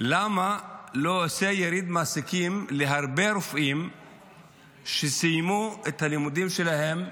למה הוא לא עושה יריד מעסיקים להרבה רופאים שסיימו את הלימודים שלהם,